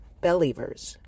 Believers